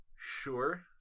Sure